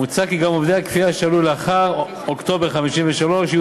מוצע כי גם עובדי הכפייה שעלו לאחר אוקטובר 1953 יהיו